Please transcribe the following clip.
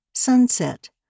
Sunset